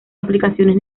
aplicaciones